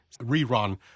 rerun